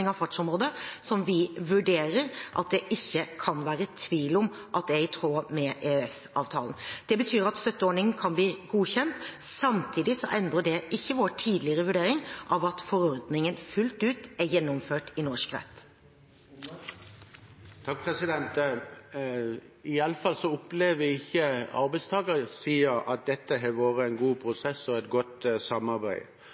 av fartsområde som vi vurderer at det ikke kan være tvil om at er i tråd med EØS-avtalen. Det betyr at støtteordningen kan bli godkjent. Samtidig endrer det ikke vår tidligere vurdering av at forordningen fullt ut er gjennomført i norsk rett. Iallfall opplever ikke arbeidstakersiden at dette har vært en god